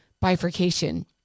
bifurcation